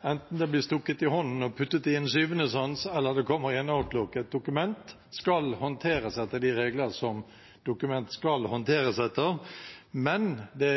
Enten det blir stukket i hånden og puttet i en syvende sans, eller det kommer i Outlook, skal et dokument håndteres etter de regler som dokument skal håndteres etter. Men det